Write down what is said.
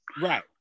right